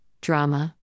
Drama